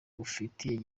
ufitiye